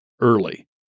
early